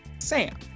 Sam